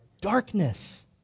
Darkness